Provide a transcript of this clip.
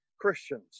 Christians